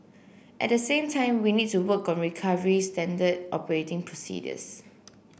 at the same time we need to work on recovery standard operating procedures